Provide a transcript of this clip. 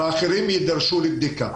ואחרים יידרשו לבדיקה.